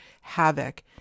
havoc